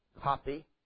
copy